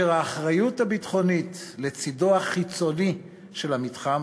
האחריות הביטחונית לצדו החיצוני של המתחם,